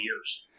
years